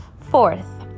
Fourth